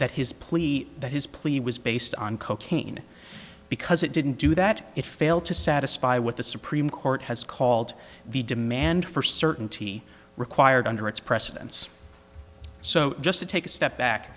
that his plea that his plea was based on cocaine because it didn't do that it failed to satisfy what the supreme court has called the demand for certainty required under its precedence so just to take a step back